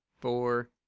four